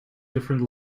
different